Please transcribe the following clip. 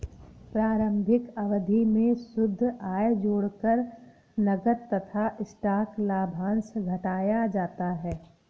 प्रारंभिक अवधि में शुद्ध आय जोड़कर नकद तथा स्टॉक लाभांश घटाया जाता है